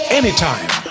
anytime